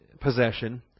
possession